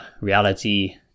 reality